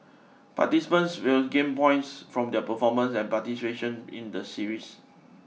participants will gain points from their performance and participation in the series